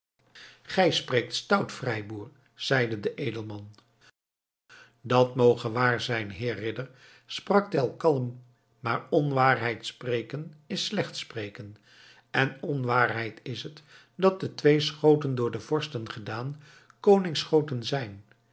gij spreekt stout vrijboer zeide de edelman dat moge waar zijn heer ridder sprak tell kalm maar onwaarheid spreken is slecht spreken en onwaarheid is het dat de twee schoten door de vorsten gedaan koningsschoten zijn